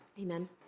Amen